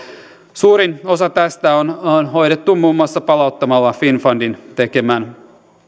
suurin osa tästä on on hoidettu muun muassa palauttamalla finnfundin tekemä